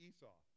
Esau